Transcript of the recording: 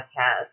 podcast